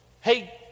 Hey